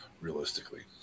realistically